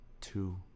two